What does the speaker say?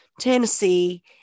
Tennessee